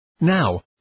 Now